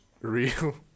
real